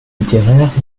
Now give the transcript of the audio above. littéraires